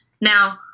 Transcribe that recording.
Now